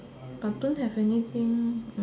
I don't have anything